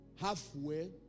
Halfway